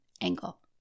angle